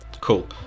Cool